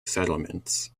settlements